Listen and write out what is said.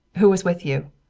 who was with you?